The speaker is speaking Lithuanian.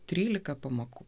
trylika pamokų